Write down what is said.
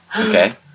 Okay